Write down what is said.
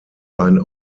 ein